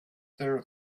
there